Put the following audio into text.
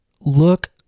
look